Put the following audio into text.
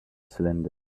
cylinder